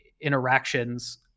interactions